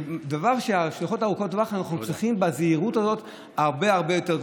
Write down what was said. בדבר ההשלכות ארוכות הטווח,